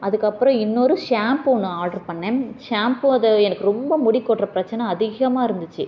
அதுக்கப்புறம் இன்னொரு ஷாம்பு ஒன்று ஆட்ரு பண்ணேன் ஷாம்பு அதை எனக்கு ரொம்ப முடி கொட்டுகிற பிரச்சனை அதிகமாக இருந்துச்சு